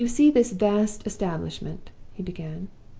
you see this vast establishment he began